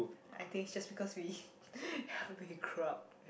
I think it's just because we we grew up